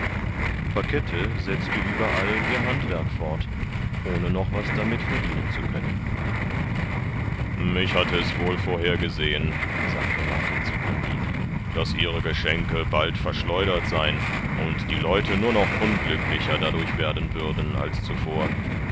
pakette setzte überall ihr handwerk fort ohne noch was damit verdienen zu können ich hatte es wohl vorhergesehen sagte martin zu kandid daß ihre geschenke bald verschleudert sein und die leute nur noch unglücklicher dadurch werden würden als zuvor